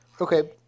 Okay